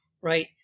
right